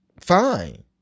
Fine